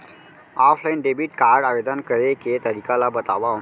Offline debit card आवेदन करे के तरीका ल बतावव?